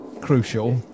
Crucial